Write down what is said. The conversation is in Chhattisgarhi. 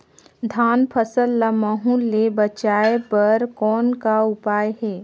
धान फसल ल महू ले बचाय बर कौन का उपाय हे?